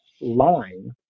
line